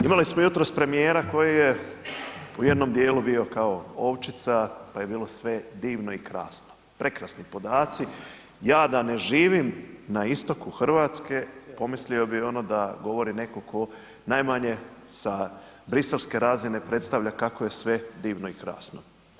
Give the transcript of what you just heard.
Imali smo jutros premijera koji je u jednom dijelu bio kao ovčica, pa je bilo sve divno i krasno, prekrasni podaci, ja da ne živim na istoku Hrvatske pomislio bi ono da govori netko tko najmanje sa Briselske razine predstavlja kako je sve divno i krasno.